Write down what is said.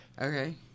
Okay